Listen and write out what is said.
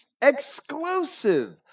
exclusive